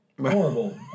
horrible